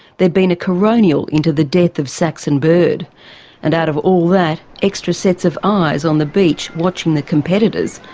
there had been a coronial into the death of saxon bird and out of all that, extra sets of eyes on the beach watching the competitors,